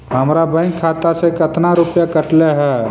हमरा बैंक खाता से कतना रूपैया कटले है?